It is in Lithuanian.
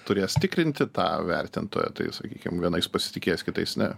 turės tikrinti tą vertintoją tai sakykim vienais pasitikės kitais ne